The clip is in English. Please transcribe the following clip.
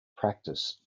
practice